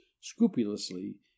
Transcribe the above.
scrupulously